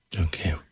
Okay